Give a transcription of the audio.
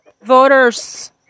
voters